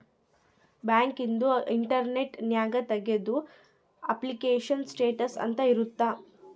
bank ಇಂದು internet ನ್ಯಾಗ ತೆಗ್ದು ಅಪ್ಲಿಕೇಶನ್ ಸ್ಟೇಟಸ್ ಅಂತ ಇರುತ್ತ